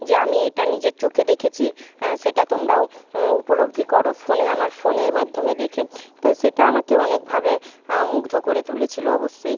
যে আমি এটা নিজের চোখে দেখেছি সেটা তোমরাও উপলব্ধি করো ফোনে আমার ফোনের মাধ্যমে দেখে তো সেটা আমাকে অনেকভাবে মুগ্ধ করে তুলেছিল অবশ্যই